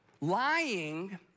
Lying